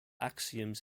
axioms